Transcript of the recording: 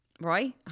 right